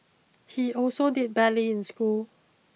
he also did badly in school